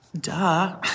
Duh